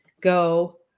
go